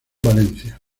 valencia